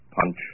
Punch